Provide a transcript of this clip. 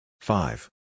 Five